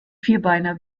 vierbeiner